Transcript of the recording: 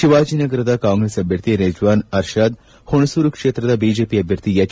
ಶಿವಾಜಿನಗರದ ಕಾಂಗ್ರೆಸ್ ಅಭ್ಯರ್ಥಿ ರಿಜ್ವಾನ್ ಅರ್ಷಾದ್ಹುಣಸೂರು ಕ್ಷೇತ್ರದ ಬಿಜೆಪಿ ಅಭ್ಯರ್ಥಿ ಎಚ್